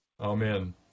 Amen